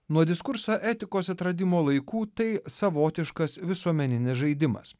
nuo diskurso etikos atradimo laikų tai savotiškas visuomeninis žaidimas